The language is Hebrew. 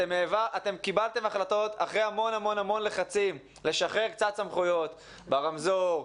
אתם קיבלתם החלטות אחרי המון המון המון לחצים לשחרר קצת סמכויות ברמזור,